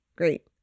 great